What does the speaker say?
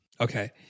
Okay